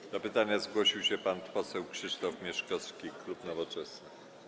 Do zadania pytania zgłosił się pan poseł Krzysztof Mieszkowski, klub Nowoczesna.